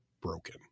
broken